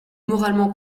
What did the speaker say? moralement